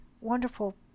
wonderful